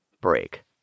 break